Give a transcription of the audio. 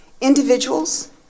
Individuals